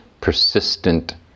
persistent